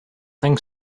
think